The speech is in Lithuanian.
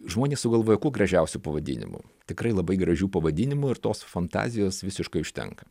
žmonės sugalvoja kuo gražiausių pavadinimų tikrai labai gražių pavadinimų ir tos fantazijos visiškai užtenka